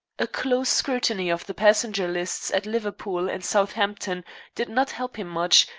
a close scrutiny of the passenger lists at liverpool and southampton did not help him much,